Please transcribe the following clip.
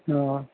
હા